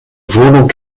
wohnung